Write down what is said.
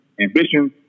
ambitions